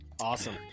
awesome